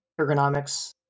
ergonomics